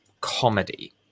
comedy